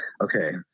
okay